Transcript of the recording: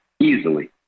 easily